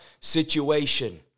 situation